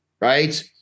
right